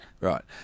Right